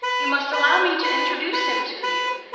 you must allow me to introduce him to you.